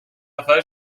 نفر